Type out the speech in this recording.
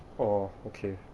orh okay